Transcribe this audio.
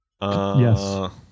yes